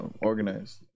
organized